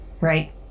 right